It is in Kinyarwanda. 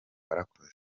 warakoze